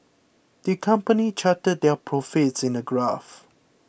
the company charted their profits in a graph